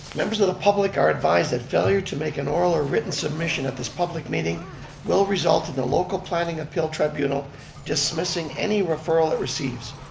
members of the public are advised that failure to make an oral or written submission at this public meeting will result in the local planning appeal tribunal dismissing any referral it receives.